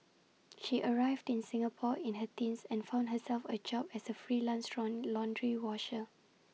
she arrived in Singapore in her teens and found herself A job as A freelance round laundry washer